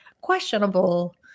questionable